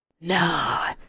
No